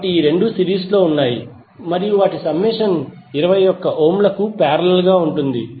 కాబట్టి ఈ 2 సిరీస్ లో ఉన్నాయి మరియు వాటి సమ్మేషన్ 21 ఓంలకు పారేలల్ గా ఉంటుంది